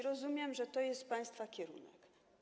Rozumiem, że to jest państwa kierunek.